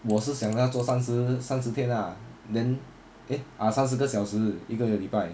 我是想要做三十三十天 lah then eh ah 三四个小时一个拜六礼拜